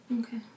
okay